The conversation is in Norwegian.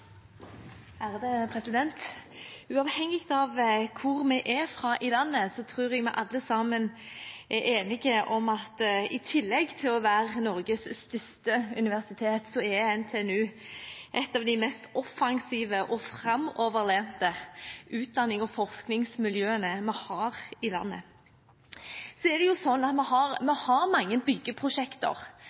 fra i landet, tror jeg vi alle er enige om at i tillegg til å være Norges største universitet er NTNU et av de mest offensive og framoverlente utdannings- og forskningsmiljøene vi har i landet. Vi har mange byggeprosjekter rundt omkring i det ganske land, men det som gjør den nye campusen på NTNU til en fantastisk mulighet som vi